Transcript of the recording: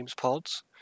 pods